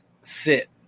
sit